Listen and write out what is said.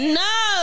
no